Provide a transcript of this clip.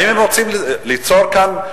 האם הם רוצים ליצור כאן,